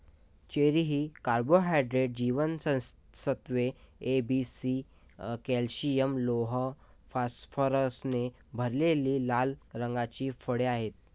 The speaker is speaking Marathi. चेरी ही कार्बोहायड्रेट्स, जीवनसत्त्वे ए, बी, सी, कॅल्शियम, लोह, फॉस्फरसने भरलेली लाल रंगाची फळे आहेत